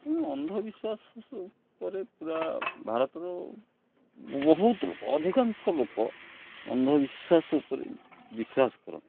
ତେଣୁ ଅନ୍ଧବିଶ୍ୱାସ ଉପରେ ପୁରା ଭାରତର ବହୁତ ଲୋକ ଅଧିକାଂଶ ଲୋକ ଅନ୍ଧବିଶ୍ୱାସ ଉପରେ ବିଶ୍ୱାସ କରନ୍ତି